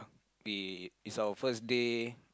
we it's our first day